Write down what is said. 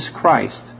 Christ